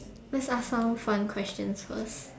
let's ask some fun questions first